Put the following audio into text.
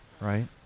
right